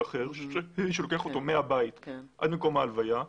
אחר שלוקח אותו מהבית עד מקום ההלוויה,